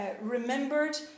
remembered